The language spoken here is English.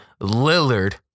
Lillard